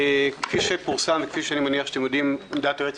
כפי שפורסם וכפי שאני מניח שאתם יודעים, דעת היועץ